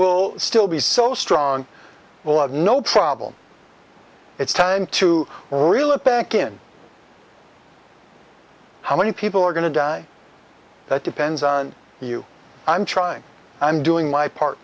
we'll still be so strong we'll have no problem it's time to reel it back in how many people are going to die that depends on you i'm trying i'm doing my part